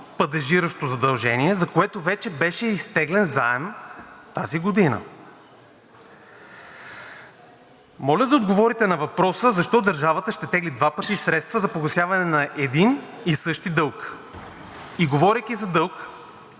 падежиращо задължение, за което вече беше изтеглен заем тази година. Моля да отговорите на въпроса: защо държавата ще тегли два пъти средства за погасяване на един и същи дълг? И говорейки за дълг